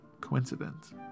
coincidence